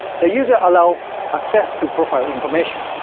the user allows access to profile information.